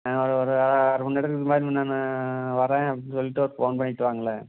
ஒரு அரை மணி நேரத்துக்கு முன்னாடி நான் வரேன் அப்படின்னு சொல்லிட்டு ஒரு ஃபோன் பண்ணிட்டு வாங்களேன்